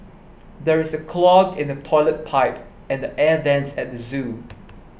there is a clog in the Toilet Pipe and the Air Vents at the zoo